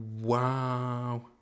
Wow